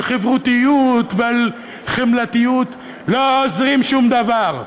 חברותיות ועל חמלתיות לא עוזרים שום דבר.